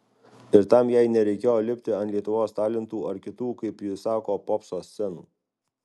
ir tam jai nereikėjo lipti ant lietuvos talentų ar kitų kaip ji sako popso scenų